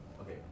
Okay